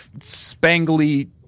spangly